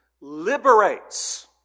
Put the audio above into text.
liberates